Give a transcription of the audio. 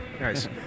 Nice